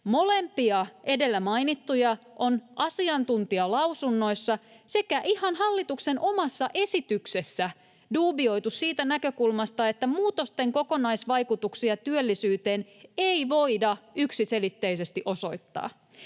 Molempia edellä mainittuja on asiantuntijalausunnoissa sekä ihan hallituksen omassa esityksessä duubioitu siitä näkökulmasta, että muutosten kokonaisvaikutuksia työllisyyteen ei voida yksiselitteisesti osoittaa.